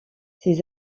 ses